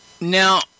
now